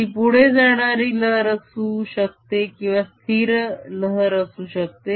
ती पुढे जाणारी लहर असू शकते किंवा स्थिर लहर असू शकते